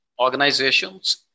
organizations